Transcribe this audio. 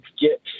get